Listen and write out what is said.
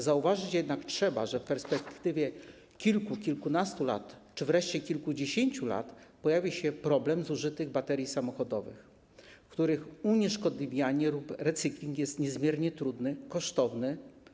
Zauważyć jednak trzeba, że w perspektywie kilku, kilkunastu czy wreszcie kilkudziesięciu lat pojawi się problem zużytych baterii samochodowych, których unieszkodliwianie lub recykling jest niezmiernie trudny i kosztowny.